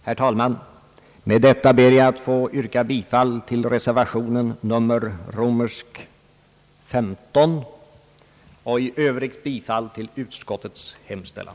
Herr talman, med detta ber jag att få yrka bifall till reservation XIV och i övrigt bifall till utskottets hemställan.